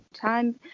time